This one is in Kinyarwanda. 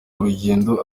urugendo